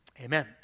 Amen